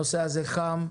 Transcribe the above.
הנושא הזה חם,